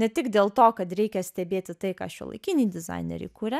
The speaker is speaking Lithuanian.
ne tik dėl to kad reikia stebėti tai ką šiuolaikiniai dizaineriai kuria